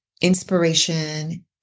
inspiration